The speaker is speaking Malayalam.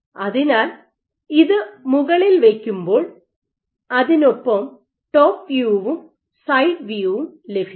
അതിനാൽ ഇത് മുകളിൽ വയ്ക്കുമ്പോൾ അതിനൊപ്പം ടോപ്പ് വ്യൂവും സൈഡ് വ്യൂവും ലഭിക്കും